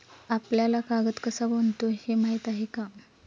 आपल्याला कागद कसा बनतो हे माहीत आहे का?